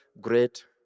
Great